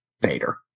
Vader